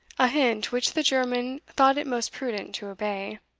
a hint which the german thought it most prudent to obey.